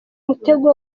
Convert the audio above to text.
mutego